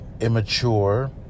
immature